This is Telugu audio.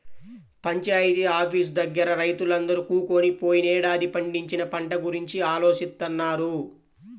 పంచాయితీ ఆఫీసు దగ్గర రైతులందరూ కూకొని పోయినేడాది పండించిన పంట గురించి ఆలోచిత్తన్నారు